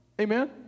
amen